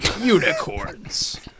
Unicorns